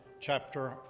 chapter